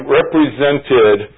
represented